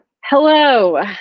Hello